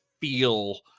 feel